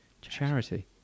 charity